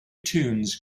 tunes